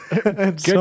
Good